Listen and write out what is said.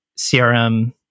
CRM